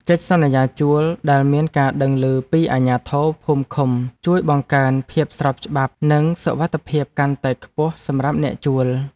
កិច្ចសន្យាជួលដែលមានការដឹងឮពីអាជ្ញាធរភូមិឃុំជួយបង្កើនភាពស្របច្បាប់និងសុវត្ថិភាពកាន់តែខ្ពស់សម្រាប់អ្នកជួល។